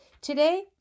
Today